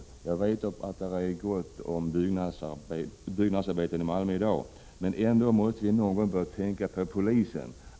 Jag vet att det är gott om byggnadsarbeten i Malmö i dag. Men vi måste någon gång börja tänka på polisen.